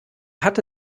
hatte